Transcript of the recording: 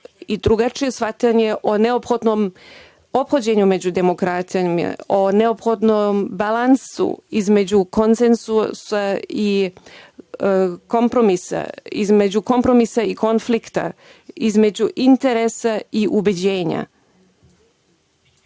i drugačije shvatanje o neophodnom ophođenju među demokratijom, o neophodnom balansu između konsensa i kompromisa, između kompromisa i konflikta, između interesa i ubeđenja. Danas